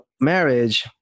marriage